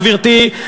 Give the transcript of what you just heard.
גברתי,